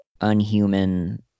unhuman